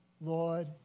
Lord